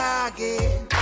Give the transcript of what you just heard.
again